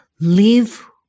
live